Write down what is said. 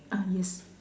ah yes